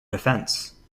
defence